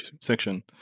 section